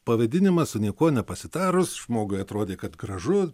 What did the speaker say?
pavadinimas su niekuo nepasitarus žmogui atrodė kad gražu